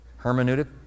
hermeneutic